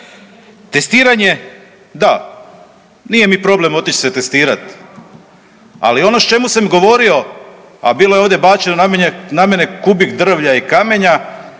Testiranje da, nije mi problem otić se testirat, ali ono o čemu sam govorio, a bilo je ovdje bačeno na mene kubik drvlja i kamenja